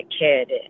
kid